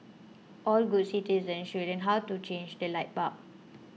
all good citizens should learn how to change a light bulb